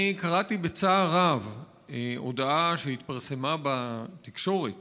אני קראתי בצער רב הודעה שהתפרסמה בתקשורת